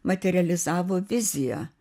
materializavo viziją